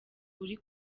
uri